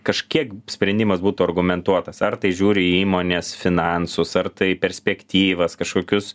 kažkiek sprendimas būtų argumentuotas ar tai žiūri į įmonės finansus ar tai perspektyvas kažkokius